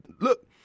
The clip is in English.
look